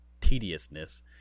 tediousness